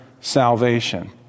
salvation